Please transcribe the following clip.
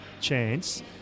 chance